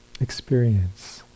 experience